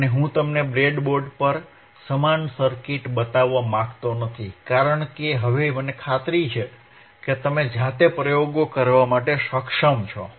અને હું તમને બ્રેડબોર્ડ પર સમાન સર્કિટ બતાવવા માંગતો નથી કારણ કે હવે મને ખાતરી છે કે તમે જાતે પ્રયોગો કરવા સક્ષમ છો